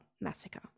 massacre